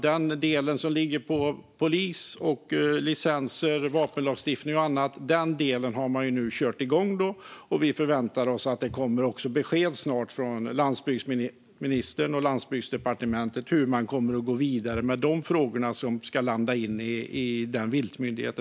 Den del som handlar om polis, licenser, vapenlagstiftning och annat har man nu kört igång. Vi förväntar oss att det snart kommer besked också från landsbygdsministern och departementet om hur man kommer att gå vidare med de frågor som ska landa i denna viltmyndighet.